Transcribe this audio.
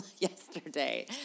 yesterday